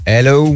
Hello